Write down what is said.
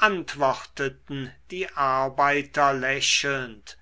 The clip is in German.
antworteten die arbeiter lächelnd